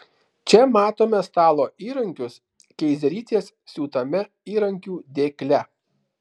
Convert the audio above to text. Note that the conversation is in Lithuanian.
čia matome stalo įrankius keizerytės siūtame įrankių dėkle